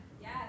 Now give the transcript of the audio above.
Yes